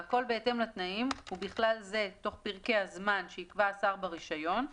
והכול בהתאם לתנאים ובכלל זה תוך פרקי הזמן שיקבע השר ברישיון,